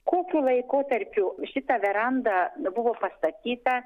kokiu laikotarpiu šita veranda buvo pastatyta